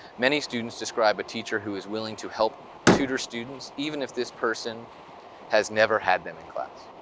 many students describe a teacher who is willing to help tutor students even if this person has never had them in class.